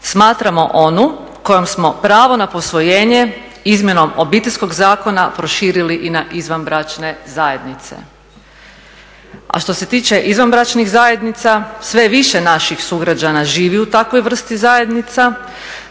smatramo onu kojom smo pravo na posvojenje izmjenom Obiteljskog zakona proširili i na izvanbračne zajednice. A što se tiče izvanbračnih zajednica, sve više naših sugrađana živi u takvoj vrsti zajednica,